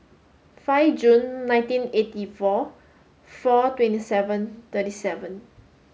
five June nineteen eighty four four twenty seven thirty seven